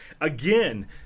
again